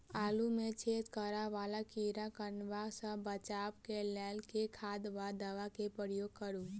आलु मे छेद करा वला कीड़ा कन्वा सँ बचाब केँ लेल केँ खाद वा दवा केँ प्रयोग करू?